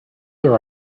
there